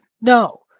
No